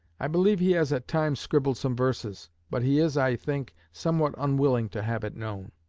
i believe he has at times scribbled some verses but he is, i think, somewhat unwilling to have it known